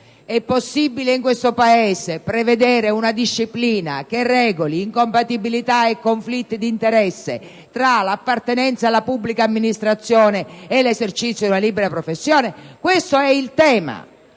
È possibile in questo Paese prevedere una disciplina che regoli incompatibilità e conflitti di interesse tra l'appartenenza alla pubblica amministrazione e l'esercizio di una libera professione? Questo è il tema